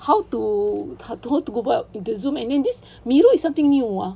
how to how to back into Zoom and then this Miro is something new ah